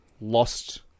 Lost